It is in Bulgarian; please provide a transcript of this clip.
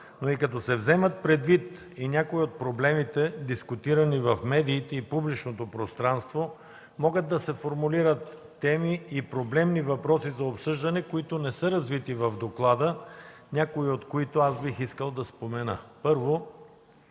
но и като се вземат предвид някои от проблемите, дискутирани в медиите и публичното пространство, могат да се формулират теми и проблемни въпроси за обсъждане, които не са развити в доклада, някои от които бих искал да спомена. 1.